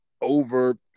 over